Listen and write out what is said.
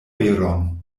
veron